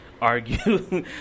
argue